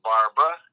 Barbara